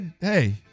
Hey